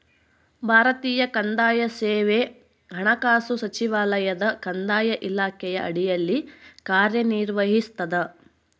ಭಾರತೀಯ ಕಂದಾಯ ಸೇವೆ ಹಣಕಾಸು ಸಚಿವಾಲಯದ ಕಂದಾಯ ಇಲಾಖೆಯ ಅಡಿಯಲ್ಲಿ ಕಾರ್ಯನಿರ್ವಹಿಸ್ತದ